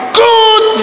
good